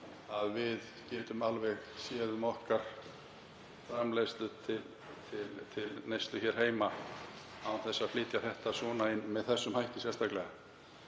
að við getum alveg séð um okkar framleiðslu til neyslu hér heima án þess að flytja þetta inn með þessum hætti sérstaklega.